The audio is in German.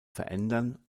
verändern